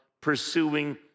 pursuing